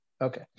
okay